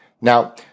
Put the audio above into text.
Now